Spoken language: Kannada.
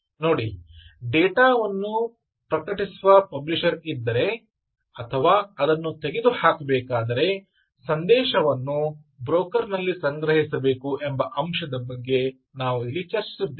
ನೋಡಿ ಡೇಟಾ ವನ್ನು ಪ್ರಕಟಿಸುವ ಪಬ್ಲಿಷರ್ ಇದ್ದರೆ ಅಥವಾ ಅದನ್ನು ತೆಗೆದುಹಾಕಬೇಕಾದರೆ ಸಂದೇಶವನ್ನು ಬ್ರೋಕರ್ ನಲ್ಲಿ ಸಂಗ್ರಹಿಸಬೇಕು ಎಂಬ ಅಂಶದ ಬಗ್ಗೆ ನಾವು ಇಲ್ಲಿ ಚರ್ಚಿಸಿದ್ದೇವೆ